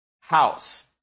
house